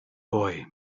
boy